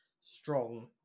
strong